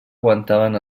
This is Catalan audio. aguantaven